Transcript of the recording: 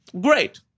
Great